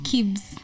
Kibbs